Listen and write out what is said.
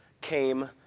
came